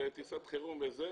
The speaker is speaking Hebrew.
-- וטיסות חירום וזה,